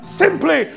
simply